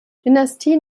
dynastie